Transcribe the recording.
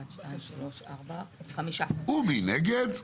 הצבעה בעד, 5 נגד,